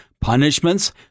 punishments